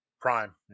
Prime